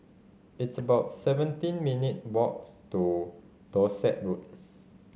it's about seventeen minute walks to Dorset Road